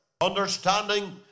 Understanding